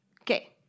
Okay